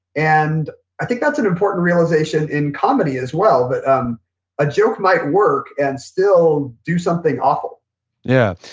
and i think that's an important realization in comedy as well. but um a joke might work and still do something awful yeah.